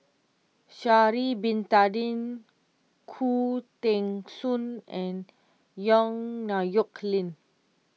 Sha'ari Bin Tadin Khoo Teng Soon and Yong Nyuk Lin